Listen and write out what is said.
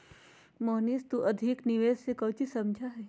मोहनीश तू अधिक निवेश से काउची समझा ही?